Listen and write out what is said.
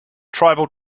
tribal